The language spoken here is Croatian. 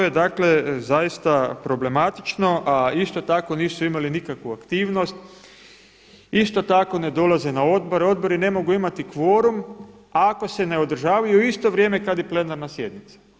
I to je zaista problematično, a isto tako nisu imali nikakvu aktivnost, isto tako ne dolaze na odbor, odbori ne mogu imati kvorum ako se ne održavaju u isto vrijeme kada i plenarna sjednica.